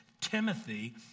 Timothy